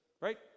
right